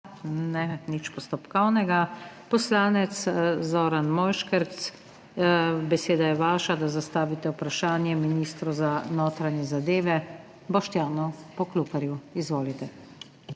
Ne? Nič postopkovnega. Poslanec Zoran Mojškerc, beseda je vaša, da zastavite vprašanje ministru za notranje zadeve Boštjanu Poklukarju. Izvolite.